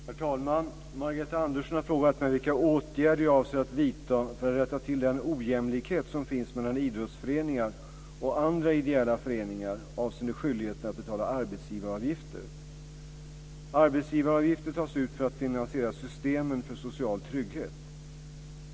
Herr talman! Margareta Andersson har frågat mig vilka åtgärder jag avser att vidta för att rätta till den ojämlikhet som finns mellan idrottsföreningar och andra ideella föreningar avseende skyldigheten att betala arbetsgivaravgifter. Arbetsgivaravgifter tas ut för att finansiera systemen för social trygghet.